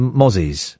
mozzies